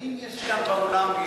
האם יש כאן באולם מישהו,